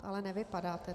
Ale nevypadáte tak.